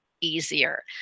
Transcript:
easier